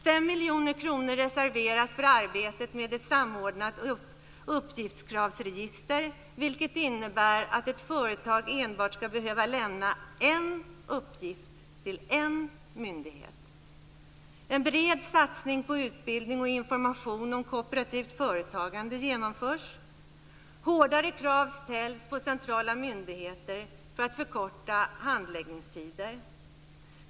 · 5 miljoner kronor reserveras för arbetet med ett samordnat uppgiftskravsregister, vilket innebär att ett företag enbart ska behöva lämna en uppgift till en myndighet. · En bred satsning på utbildning och information om kooperativt företagande genomförs. · Hårdare krav ställs på centrala myndigheter för att förkorta handläggningstider.